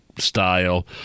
style